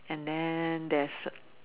and then there is